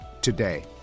today